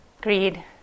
greed